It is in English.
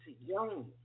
Young